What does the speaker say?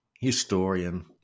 historian